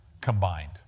Combined